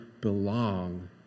belong